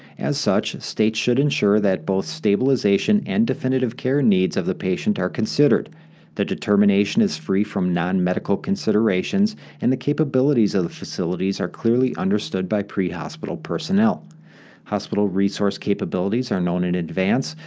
as such, states should ensure that both stabilization and definitive care needs of the patient are considered the determination is free of non-medical considerations and the capabilities of the facilities are clearly understood by prehospital personnel hospital resource capabilities are known in advance,